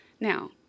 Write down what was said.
Now